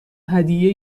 هدیه